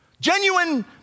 Genuine